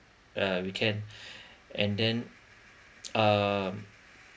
uh we can and then um